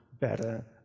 better